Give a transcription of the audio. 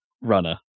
Runner